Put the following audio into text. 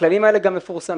הכללים האלה גם מפורסמים.